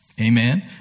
Amen